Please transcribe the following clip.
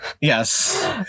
Yes